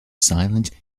silent